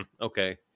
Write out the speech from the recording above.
okay